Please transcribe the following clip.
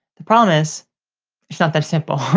the problem is, it's not that simple.